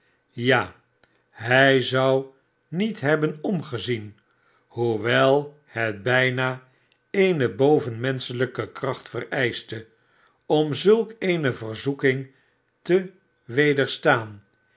ja hij zou met hebben omgezien hoewei het bijna eene bovenmenschelijke kracht vereischte om zulk eene verzoeking te wederstaan